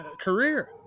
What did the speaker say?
career